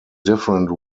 different